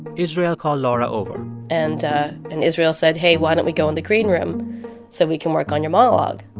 israel called laura over and ah and israel said, hey why don't we go in the greenroom so we can work on your monologue?